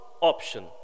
option